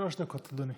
שלוש דקות, אדוני.